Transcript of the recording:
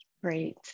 Great